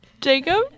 Jacob